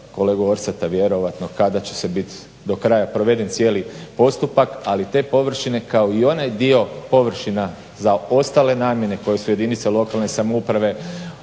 kolegu Orsata vjerojatno kada će se bit do kraja proveden cijeli postupak. Ali te površine kao i onaj dio površina za ostale namjene koje su jedinice lokalne samouprave